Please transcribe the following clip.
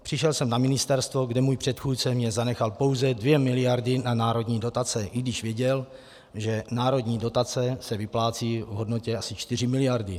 Přišel jsem na ministerstvo, kde můj předchůdce mi zanechal pouze 2 miliardy na národní dotace, i když věděl, že národní dotace se vyplácejí v hodnotě asi 4 miliardy.